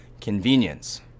convenience